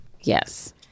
Yes